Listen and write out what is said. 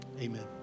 Amen